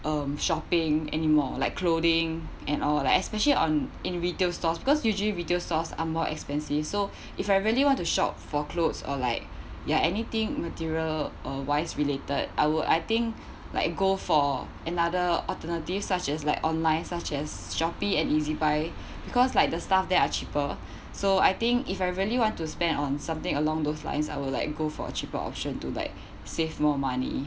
um shopping anymore like clothing and all like especially on in retail stores because usually retail stores are more expensive so if I really want to shop for clothes or like ya anything material or wise related I would I think like go for another alternatives such as like online such as Shopee and ezbuy because like the stuff there are cheaper so I think if I really want to spend on something along those lines I will like go for a cheaper option to like save more money